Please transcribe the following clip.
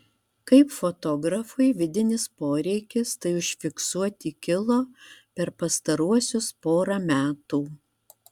kaip fotografui vidinis poreikis tai užfiksuoti kilo per pastaruosius porą metų